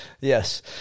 Yes